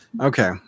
Okay